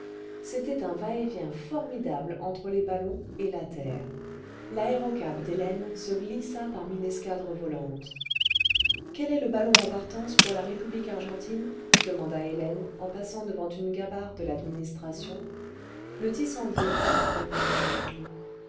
c'était un va-et-vient formidable entre les ballons et la terre l'aérocab d'hélène se glissa parmi l'escadre volante ce quel est le ballon en partance pour la république argentine demanda hélène en passant devant une gabarre de l'administration le tissandiee répondit un matelot